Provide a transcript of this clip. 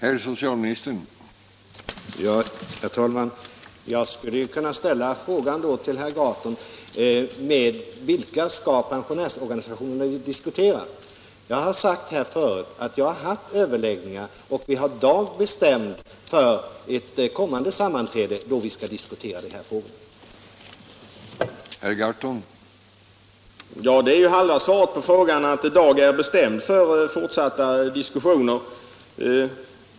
Herr talman! Jag skulle då kunna fråga herr Gahrton: Med vilka skall Tisdagen den pensionärsorganisationerna diskutera? Jag har här förut sagt att jag har 1 februari 1977 haft överläggningar och att vi har dag bestämd för ett kommande sam=- manträde då vi skall diskutera dessa frågor. Om utbyggnaden av